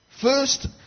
First